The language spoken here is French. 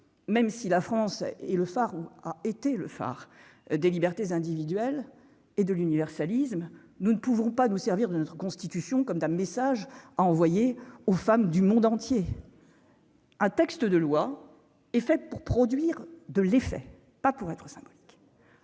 même si la France est le phare où a été le phare des libertés individuelles et de l'universalisme, nous ne pouvons pas nous servir de notre constitution, comme d'un message à envoyer aux femmes du monde entier. Un texte de loi est faite pour produire de l'effet pas pour être symbolique,